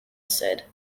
said